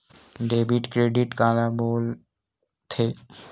Debit credit काला बोल थे?